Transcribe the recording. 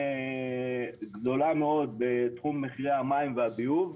מחירים גדולה מאוד בתחום מחירי המים והביוב,